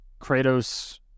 Kratos